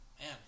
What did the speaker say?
man